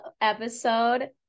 episode